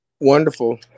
Wonderful